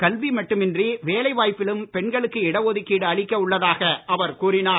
கல்வி மட்டுமின்றி வேலை வாய்ப்பிலும் பெண்களுக்கு இடஒதுக்கீடு அளிக்க உள்ளதாக அவர் கூறினார்